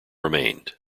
remained